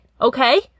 okay